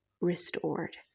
restored